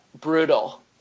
Brutal